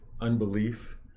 unbelief